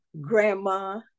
grandma